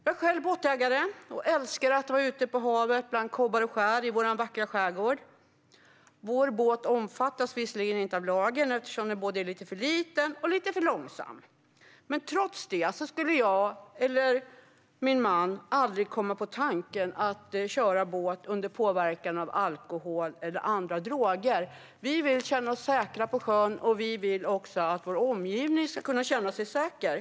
Jag är själv båtägare och älskar att vara ute på havet bland kobbar och skär i vår vackra skärgård. Vår båt omfattas visserligen inte av lagen eftersom den både är lite för liten och lite för långsam, men trots det skulle jag eller min man aldrig komma på tanken att köra båt under påverkan av alkohol eller andra droger. Vi vill känna oss säkra på sjön, och vi vill också att vår omgivning ska kunna känna sig säker.